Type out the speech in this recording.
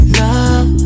love